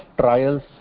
trials